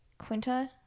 quinta